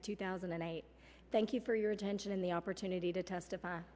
of two thousand and eight thank you for your attention the opportunity to testify